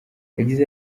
yagize